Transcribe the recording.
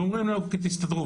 ואומרים להם - אוקי, תסתדרו.